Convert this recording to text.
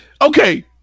okay